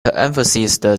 emphasized